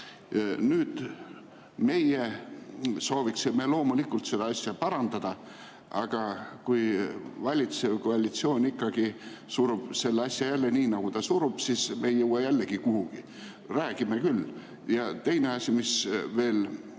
Meie sooviksime loomulikult seda asja parandada, aga kui valitsev koalitsioon ikkagi surub selle asja jälle nii, nagu ta surub, siis me ei jõua jälle kuhugi. Räägime küll. Ja teine asi: kuidas